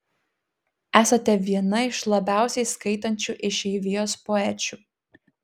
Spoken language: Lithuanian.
esate viena iš labiausiai skaitančių išeivijos poečių